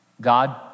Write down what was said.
God